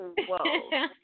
whoa